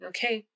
Okay